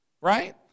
Right